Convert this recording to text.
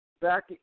back